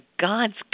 God's